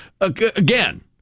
Again